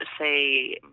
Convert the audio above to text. say